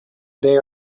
they